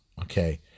Okay